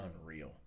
unreal